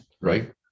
right